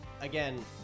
Again